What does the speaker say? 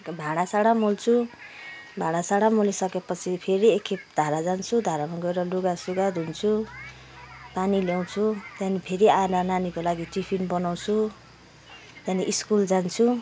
भाँडा साँडा मोल्छु भाँडा साँडा मोलिसकेपछि फेरि एकखेप धारा जान्छु धारामा गएर लुगा सुगा धुन्छु पानी ल्याउँछु त्यहाँदेखि फेरि आएर नानीको लागि टिफिन बनाउँछु त्यहाँदेखि स्कुल जान्छु